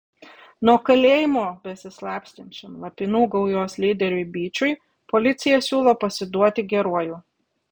nuo kalėjimo besislapstančiam lapinų gaujos lyderiui byčiui policija siūlo pasiduoti geruoju